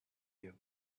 you